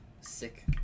Sick